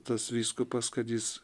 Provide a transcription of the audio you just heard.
tas vyskupas kad jis